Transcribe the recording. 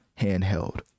handheld